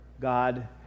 God